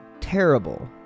terrible